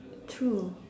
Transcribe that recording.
true